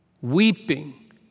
weeping